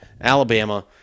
Alabama